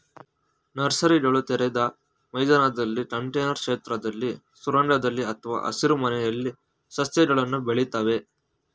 ನರ್ಸರಿಗಳು ತೆರೆದ ಮೈದಾನದಲ್ಲಿ ಕಂಟೇನರ್ ಕ್ಷೇತ್ರದಲ್ಲಿ ಸುರಂಗದಲ್ಲಿ ಅಥವಾ ಹಸಿರುಮನೆಯಲ್ಲಿ ಸಸ್ಯಗಳನ್ನು ಬೆಳಿತವೆ